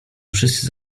wszyscy